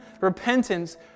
repentance